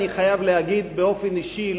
אני חייב להגיד באופן אישי,